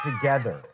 together